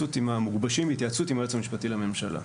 שמגובשים בהתייעצות עם היועץ המשפטי לממשלה.